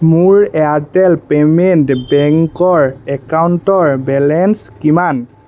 মোৰ Airtel payment বেংকৰ একাউণ্টৰ বেলেঞ্চ কিমান